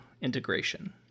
integration